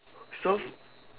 so